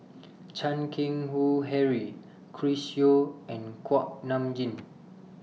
Chan Keng Howe Harry Chris Yeo and Kuak Nam Jin